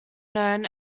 known